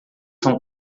são